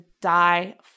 die